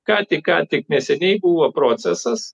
ką tik ką tik neseniai buvo procesas